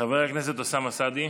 חבר הכנסת אוסאמה סעדי,